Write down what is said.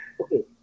okay